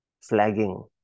flagging